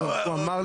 גיליתי